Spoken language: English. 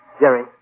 Jerry